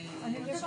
על השעיה